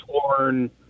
torn